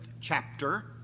chapter